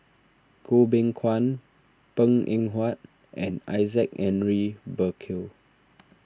Goh Beng Kwan Png Eng Huat and Isaac Henry Burkill